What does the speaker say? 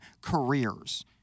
careers